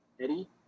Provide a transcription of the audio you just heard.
Eddie